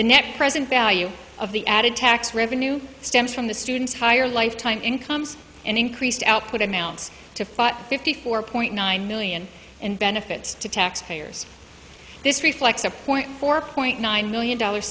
the net present value of the added tax revenue stems from the students higher lifetime incomes and increased output amounts to five fifty four point nine million in benefits to taxpayers this reflects a point four point nine million dollar